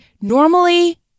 normally